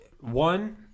one